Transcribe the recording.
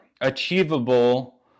achievable